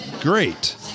Great